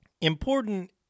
important